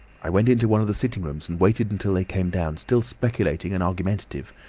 i went into one of the sitting-rooms and waited until they came down, still speculating and argumentative,